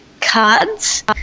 cards